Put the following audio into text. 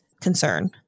concern